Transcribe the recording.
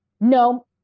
no